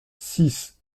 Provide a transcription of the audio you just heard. six